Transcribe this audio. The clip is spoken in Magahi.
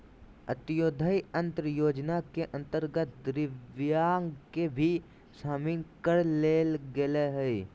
अंत्योदय अन्न योजना के अंतर्गत दिव्यांग के भी शामिल कर लेल गेलय हइ